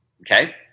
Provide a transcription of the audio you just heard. okay